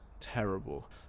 terrible